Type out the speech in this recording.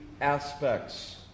aspects